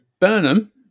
Burnham